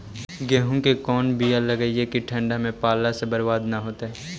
गेहूं के कोन बियाह लगइयै कि ठंडा में पाला से बरबाद न होतै?